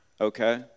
okay